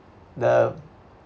the